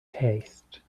taste